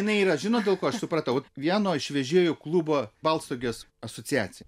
jinai yra žinot dėl ko aš supratau vieno iš vežėjų klubo balstogės asociacija